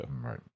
right